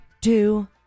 two